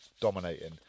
dominating